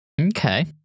Okay